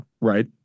right